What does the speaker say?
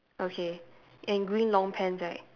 okay and green long pants right